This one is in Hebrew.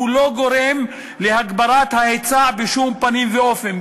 אבל הוא לא גורם להגברת ההיצע בשום פנים ואופן.